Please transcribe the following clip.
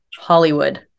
Hollywood